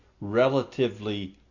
relatively